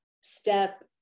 step